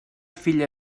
filla